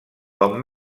com